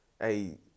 hey-